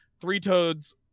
three-toads